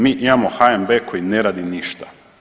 Mi imamo HNB koji ne radi ništa.